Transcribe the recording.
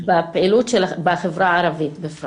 בפעילות בחברה הערבית.